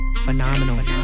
Phenomenal